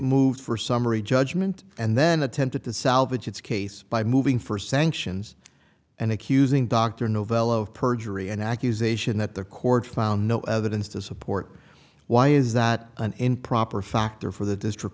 moved for summary judgment and then attempted to salvage its case by moving for sanctions and accusing dr novello of perjury an accusation that the court found no evidence to support why is that an improper factor for the district